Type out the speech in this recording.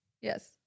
Yes